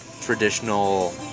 traditional